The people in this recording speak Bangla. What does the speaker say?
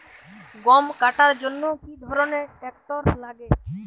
গম কাটার জন্য কি ধরনের ট্রাক্টার লাগে?